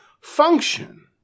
function